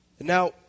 Now